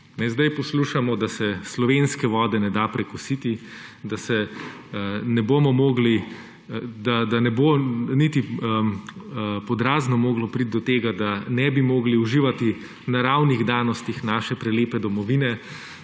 Sedaj poslušamo, da se slovenske vode ne da prekositi, da ne bo niti pod razno moglo priti do tega, da ne bi mogli uživati naravnih danosti naše prelepe domovine,